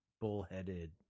bullheaded